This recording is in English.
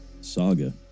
saga